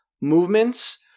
movements